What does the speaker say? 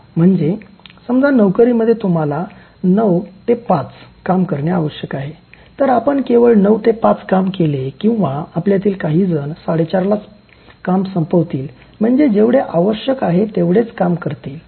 " म्हणजे समजा नोकरीमध्ये तुम्हाला ९ ते ५ काम करणे आवश्यक आहे तर आपण केवळ नऊ ते पाच काम केले किंवा आपल्यातील काहीजन ४३० लाच काम संपवतील म्हणजे जेवढे आवश्यक आहे तेवढेच काम करतील